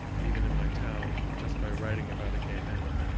even in my town, just by writing about a gay man,